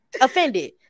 offended